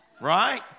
Right